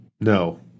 No